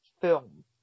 film